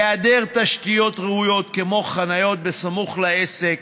היעדר תשתיות ראויות כמו חניות בסמוך לעסק,